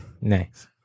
Nice